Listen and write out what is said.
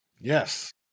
Yes